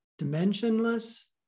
dimensionless